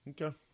okay